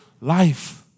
life